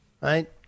right